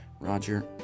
Roger